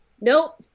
nope